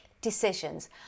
decisions